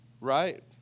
Right